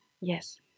Yes